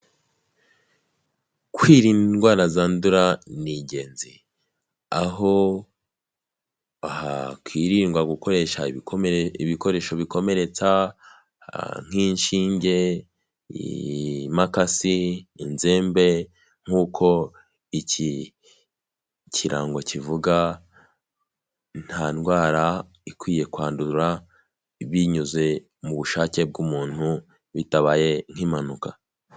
Kwirinda indwara zandura ni ingenzi, aho hakirindwa gukoresha ibikoresho bikomeretsa, nk'inshinge, imakasi, inzembe nk'uko iki kirango kivuga, nta ndwara ikwiye kwandura binyuze mu bushake bw'umuntu, bitabaye nk'impanuka.